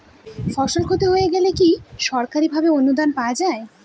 ফসল ক্ষতি হয়ে গেলে কি সরকারি ভাবে অনুদান পাওয়া য়ায়?